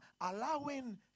allowing